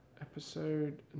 Episode